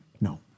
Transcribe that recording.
No